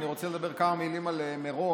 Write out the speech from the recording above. אני רוצה לדבר כמה מילים על מירון.